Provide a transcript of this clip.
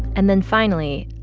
and then finally,